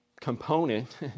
component